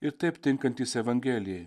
ir taip tinkantys evangelijai